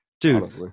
Dude